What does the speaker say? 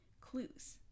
clues